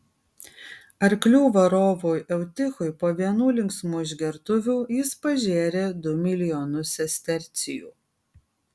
arklių varovui eutichui po vienų linksmų išgertuvių jis pažėrė du milijonus sestercijų